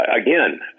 again